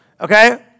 Okay